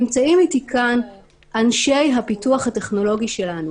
נמצאים איתי כאן אנשי הפיתוח הטכנולוגי שלנו.